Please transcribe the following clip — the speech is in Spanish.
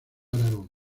aragón